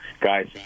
guys